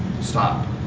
Stop